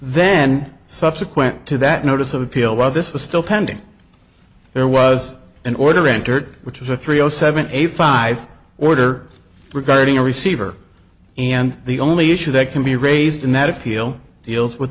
then subsequent to that notice of appeal while this was still pending there was an order entered which is a three o seven a five order regarding a receiver and the only issue that can be raised in that appeal deals with